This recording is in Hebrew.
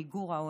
מיגור העוני.